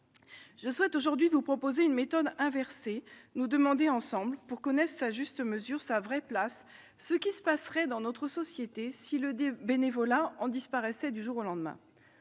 Je souhaite aujourd'hui vous proposer une méthode inversée : demandons-nous ensemble, pour connaître sa juste mesure, sa vraie place, ce qui se passerait dans notre société si le bénévolat en disparaissait du jour au lendemain.